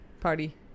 Party